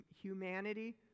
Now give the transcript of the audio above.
humanity